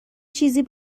چیزی